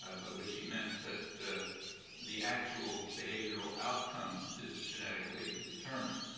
ah by which he meant that the actual behavioral outcome is genetically determined.